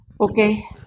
Okay